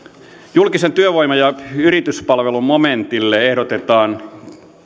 julkiset työvoima ja yrityspalvelut momentille ehdotetaan